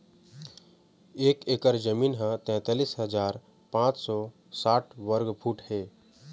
एक एकर जमीन ह तैंतालिस हजार पांच सौ साठ वर्ग फुट हे